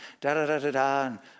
da-da-da-da-da